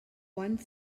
one